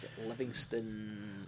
Livingston